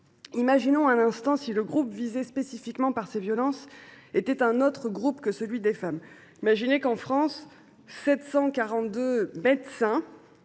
Imaginons un instant que le groupe visé spécifiquement par ces violences soit un autre groupe que les femmes. Imaginons par exemple que, en France, 742 médecins